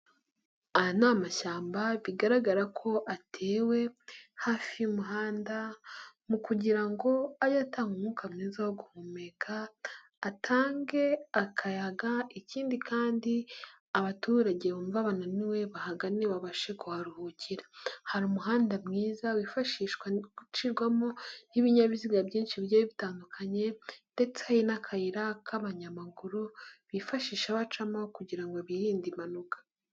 Aya ni amashyamba bigaragara ko atewe hafi y'umuhanda mu kugira ngo ajye atange umwuka mwiza wo guhumeka, atange akayaga ikindi kandi abaturage bumva bananiwe bahagane babashe kuharuhukira, hari umuhanda mwiza wifashishwa gucirwamo n'ibinyabiziga byinshi bigiye bitandukanye ndetse n'akayira k'abanyamaguru bifashisha bacamo kugira ngo birinde impanuka.